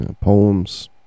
poems